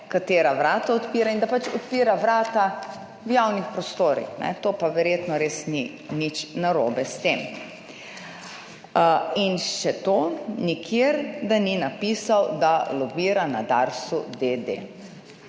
katera vrata odpira, in da pač odpira vrata v javnih prostorih, ne, to pa verjetno res ni nič narobe s tem. In še to, nikjer, da ni napisal, da lobira na Darsu, d.